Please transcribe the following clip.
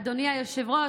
אדוני היושב-ראש,